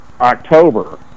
October